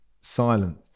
silent